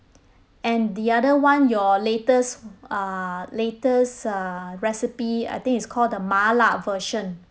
and the other one your latest err latest uh recipe I think it's called the mala version